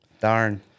Darn